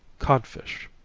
codfish.